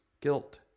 Guilt